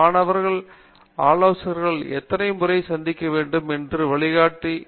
மாணவர்கள் தங்கள் ஆலோசகர்களை எத்தனை முறை சந்திக்க வேண்டும் என்று வழிகாட்டி கொடுக்க முடியும்